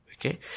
okay